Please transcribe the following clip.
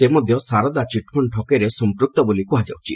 ସେ ମଧ୍ୟ ସାରଦା ଚିଟ୍ଫଣ୍ଡ ଠକେଇରେ ସମ୍ପୃକ୍ତ ବୋଲି କୁହାଯାଉଛି